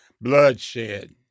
Bloodshed